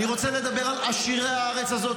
אני רוצה לדבר על עשירי הארץ הזאת,